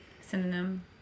synonym